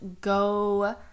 go